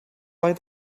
like